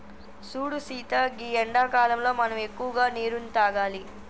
సూడు సీత గీ ఎండాకాలంలో మనం ఎక్కువగా నీరును తాగాలి